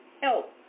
help